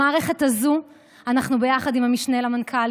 למערכת הזו אנחנו ביחד עם המשנה למנכ"ל,